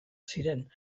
ziren